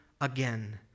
again